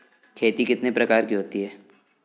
खेती कितने प्रकार की होती है?